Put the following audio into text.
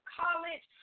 college